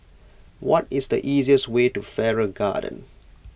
what is the easiest way to Farrer Garden